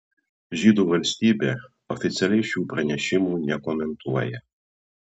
žydų valstybė oficialiai šių pranešimų nekomentuoja